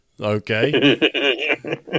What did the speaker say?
Okay